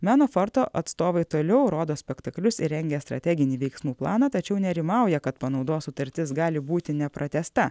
meno forto atstovai toliau rodo spektaklius ir rengia strateginį veiksmų planą tačiau nerimauja kad panaudos sutartis gali būti nepratęsta